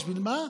בשביל מה?